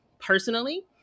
personally